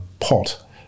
pot